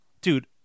Dude